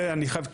זה אני חייב,